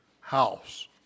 house